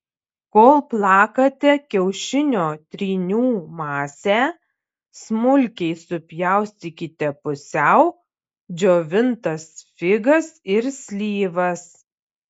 kol plakate kiaušinio trynių masę smulkiai supjaustykite pusiau džiovintas figas ir slyvas